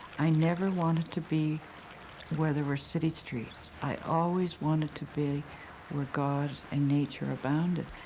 i never wanted to be where there were city streets. i always wanted to be where god and nature abounded.